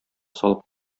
салып